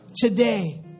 Today